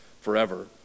forever